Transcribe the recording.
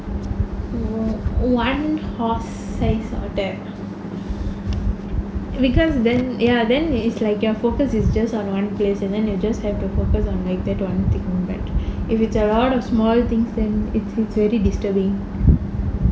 one horse sized otter because then ya then it's like your focus is just on one place and then you just have to focus on like that one thing but if it a lot of small things then is very disturbing